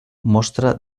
mostra